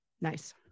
Nice